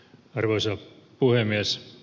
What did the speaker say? arvoisa puhemies